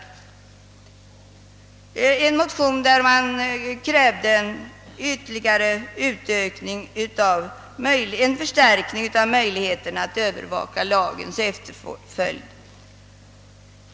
I denna motion krävdes ytterligare förstärkning av möjligheterna att övervaka lagens efterföljd.